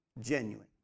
genuine